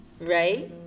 right